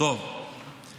האמת היא